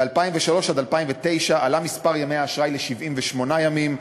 ב-2003 2009 עלה מספר ימי האשראי ל-78 ימים.